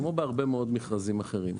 כמו בהרבה מאוד מכרזים אחרים.